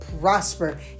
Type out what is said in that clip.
prosper